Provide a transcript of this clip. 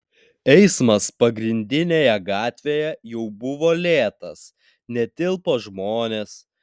eismas pagrindinėje gatvėje jau buvo lėtas netilpo žmonės